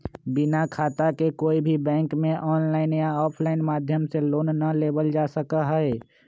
बिना खाता के कोई भी बैंक में आनलाइन या आफलाइन माध्यम से लोन ना लेबल जा सका हई